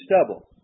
stubble